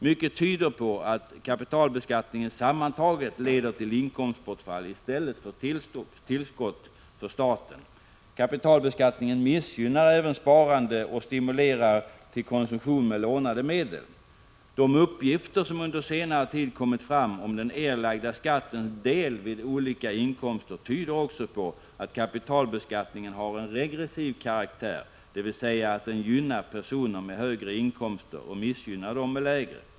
Mycket tyder på att kapitalbeskattningen sammantaget leder till inkomstbortfall i stället för tillskott för staten. Kapitalbeskattningen missgynnar även sparande och stimulerar till konsumtion med lånade medel. De uppgifter som under senare tid kommit fram om den erlagda skattens del vid olika inkomster tyder också på att kapitalbeskattningen har en regressiv karaktär, dvs. att den gynnar personer med högre inkomster och missgynnar dem med lägre.